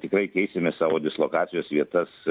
tikrai keisime savo dislokacijos vietas